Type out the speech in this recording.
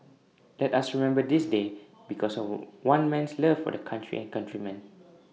let us remember this day because of one man's love for the country and countrymen